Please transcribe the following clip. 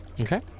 Okay